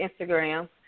Instagram